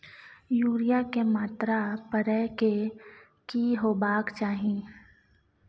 Urea के मात्रा परै के की होबाक चाही?